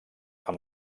amb